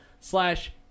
slash